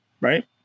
right